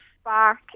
spark